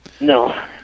No